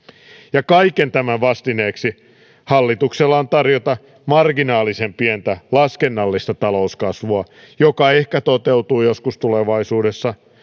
ja kaiken tämän vastineeksi hallituksella on tarjota marginaalisen pientä laskennallista talouskasvua joka ehkä toteutuu joskus tulevaisuudessa